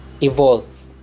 Evolve